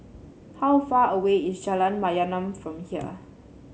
how far away is Jalan Mayaanam from here